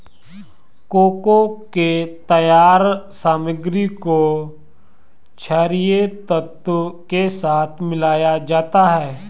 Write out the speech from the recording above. cocoa के तैयार सामग्री को छरिये तत्व के साथ मिलाया जाता है